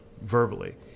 verbally